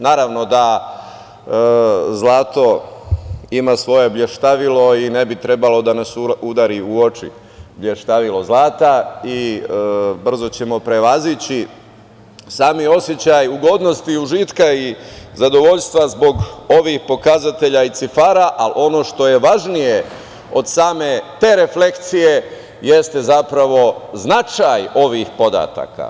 Naravno da zlato ima svoje blještavilo i ne bi trebalo da nas udari u oči blještavilo zlata i brzo ćemo prevazići sami osećaj ugodnosti i užitka i zadovoljstva zbog ovih pokazatelja i cifara, ali ono što je važnije od same te reflekcije, jeste zapravo značaj ovih podataka.